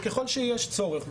וככל שיש צורך.